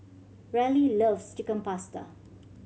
Raleigh loves Chicken Pasta